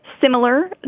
similar